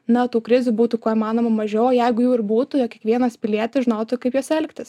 na tų krizių būtų kuo įmanoma mažiau jeigu jų ir būtų kiekvienas pilietis žinotų kaip jose elgtis